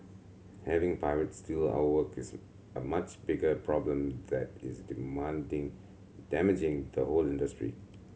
having pirates steal our work is a much bigger problem that is demanding damaging to whole industry